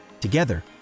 Together